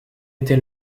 était